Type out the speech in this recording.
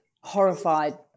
horrified